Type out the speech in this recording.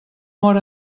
mor